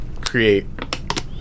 create